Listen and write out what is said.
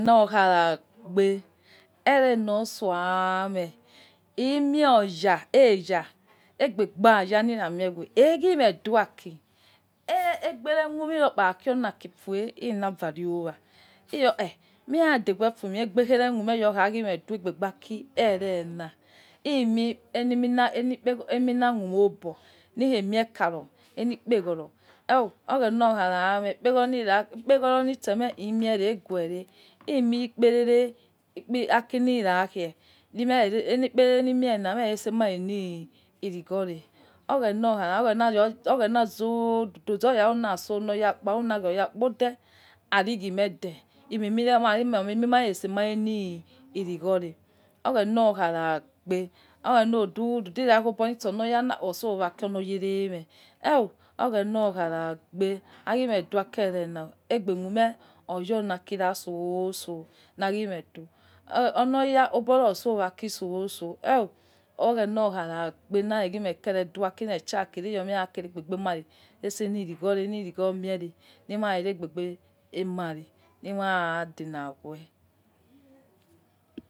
Oghena khara ogbe erena sa aime, imoiya, aya aya. aigbe aiya lera mie ghue aigbe duaki aigberekh ume lor ro okpara quolaki fue lnaiare owa lyo eh mai degwe fumeya since ighi me du oigbe gbaki ere ha. lmie anemina chumoiobo lmie li ekpeghoro chumio'obo lmie karo oh oghena kara mie karo oh oghena kara mie ekpeghoro itse mie lmie eghuere aimie ikpere aki limkhe ikpere limie na niesese emara li lagwo re oghena odu dudu zoya lnner somi loya kpo aikha inna yogio oya okpo de'l aiaghi me de lmimie iwire itsese mare lilcigwo re oghena okhara gbe oghena odududu ayare obo su oloyana oso olo yirime eh' oh oghena kha aigbe aighe meduaki erena aigbe khueme oyo lekira soso nagi mie do oloyara obo so waki soso oghena okhi khara gbe lara gheme duaki mera kere cha'akire mere itsese mare li laigwo mie re li lagwo lere mare lima delagwe.